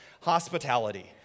hospitality